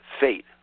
fate